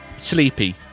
sleepy